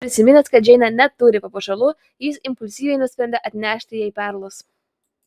prisiminęs kad džeinė neturi papuošalų jis impulsyviai nusprendė atnešti jai perlus